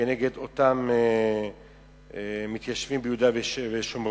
נגד אותם מתיישבים ביהודה ושומרון.